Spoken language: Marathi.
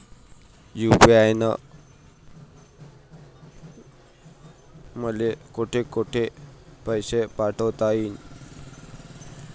यू.पी.आय न मले कोठ कोठ पैसे पाठवता येईन?